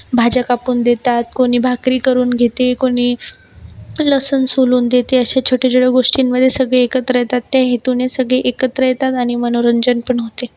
भाज्या कापून देतात कोणी भाकरी करून घेते कोणी लसूण सोलून देते अशा छोट्या छोट्या गोष्टींमधे सगळे एकत्र येतात त्या हेतूने सगळे एकत्र येतात आणि मनोरंजन पण होते